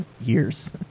years